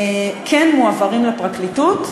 כן מועברים לפרקליטות,